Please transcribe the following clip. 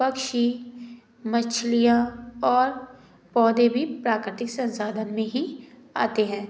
पक्षी मछलियां और पौधे भी प्राकृतिक संसाधन में ही आते हैं